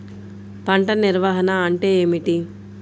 పంట నిర్వాహణ అంటే ఏమిటి?